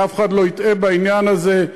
שאף אחד לא יטעה בעניין הזה.